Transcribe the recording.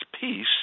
peace